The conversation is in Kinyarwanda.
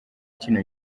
kino